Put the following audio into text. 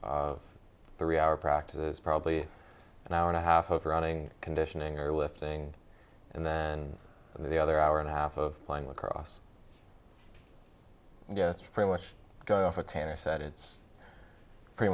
three hour practice probably an hour and a half of running conditioning or lifting and then the other hour and a half of playing lacrosse gets pretty much going for ten i said it's pretty